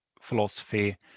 philosophy